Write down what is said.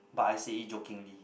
but I said it jokingly